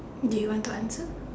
do you want to answer